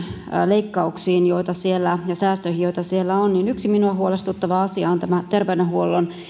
leikkauksiin ja säästöihin joita siellä on niin yksi minua huolestuttava asia on tämä terveydenhuollon